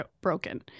broken